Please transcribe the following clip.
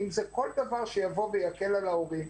אם זה כל דבר שיקל על ההורים,